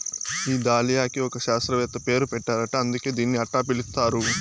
ఈ దాలియాకి ఒక శాస్త్రవేత్త పేరు పెట్టారట అందుకే దీన్ని అట్టా పిలుస్తారు